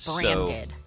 branded